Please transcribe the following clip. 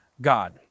God